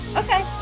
okay